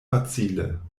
facile